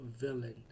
villain